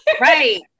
Right